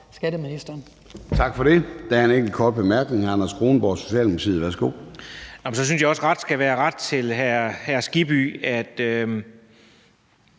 skatteministeren.